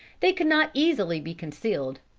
they could not easily be concealed.